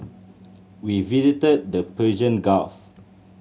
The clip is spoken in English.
we visited the Persian Gulf